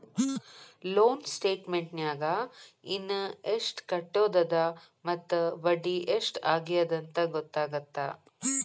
loan ಸ್ಟೇಟಮೆಂಟ್ನ್ಯಾಗ ಇನ ಎಷ್ಟ್ ಕಟ್ಟೋದದ ಮತ್ತ ಬಡ್ಡಿ ಎಷ್ಟ್ ಆಗ್ಯದಂತ ಗೊತ್ತಾಗತ್ತ